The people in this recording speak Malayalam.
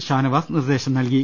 ഷാനവാസ് നിർദേശം നൽകി